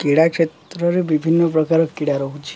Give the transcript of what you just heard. କ୍ରୀଡ଼ା କ୍ଷେତ୍ରରେ ବିଭିନ୍ନ ପ୍ରକାର କ୍ରୀଡ଼ା ରହୁଛି